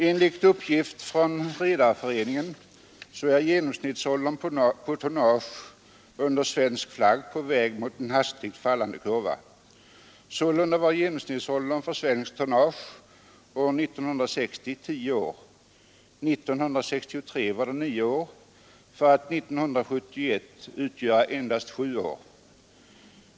Enligt uppgift från Sveriges redareförening är genomsnittsåldern på tonnage under svensk flagg på väg mot en hastigt fallande kurva. Sålunda var genomsnittsåldern för det svenska tonnaget år 1960 tio år, 1963 nio år, för att 1971 utgöra endast sju år.